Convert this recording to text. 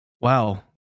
wow